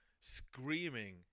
screaming